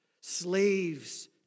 Slaves